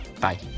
Bye